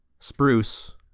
Spruce